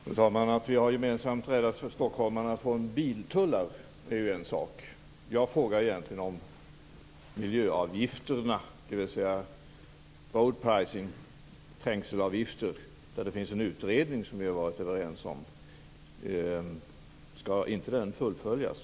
Fru talman! Det är en sak att vi gemensamt har räddat stockholmarna från biltullar. Jag frågar egentligen om miljöavgifterna, dvs. road pricing. Det finns en utredning som vi har varit överens om. Skall den inte fullföljas?